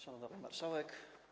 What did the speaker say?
Szanowna Pani Marszałek!